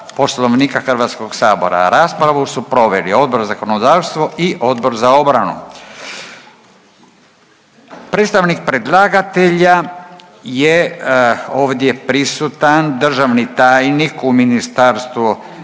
Poslovnika HS-a. Raspravu su proveli Odbor za zakonodavstvo i Odbor za obranu. Predstavnik predlagatelja je ovdje prisutan, državni tajnik u Ministarstvu